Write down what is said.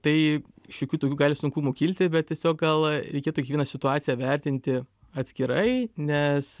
tai šiokių tokių gali sunkumų kilti bet tiesiog gal reikėtų kiekvieną situaciją vertinti atskirai nes